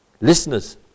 Listeners